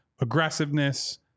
aggressiveness